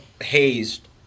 hazed